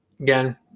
Again